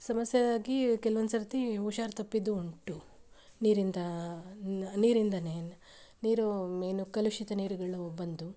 ಸಮಸ್ಯೆ ಆಗಿ ಕೆಲವೊಂದ್ಸರ್ತಿ ಹುಷಾರು ತಪ್ಪಿದ್ದು ಉಂಟು ನೀರಿಂದ ನೀರಿಂದಲೇ ನೀರು ಮೇನು ಕಲುಷಿತ ನೀರುಗಳು ಬಂದು